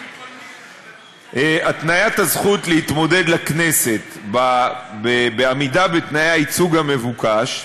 התניית הזכות להתמודד לכנסת בעמידה בתנאי הייצוג המבוקש,